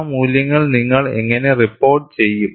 ആ മൂല്യങ്ങൾ നിങ്ങൾ എങ്ങനെ റിപ്പോർട്ടു ചെയ്യും